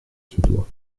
suédois